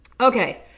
Okay